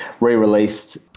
re-released